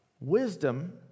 Wisdom